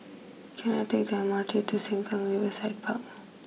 can I take the M R T to Sengkang Riverside Park